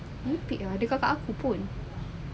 stupid ah dia cakap aku pun